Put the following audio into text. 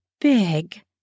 big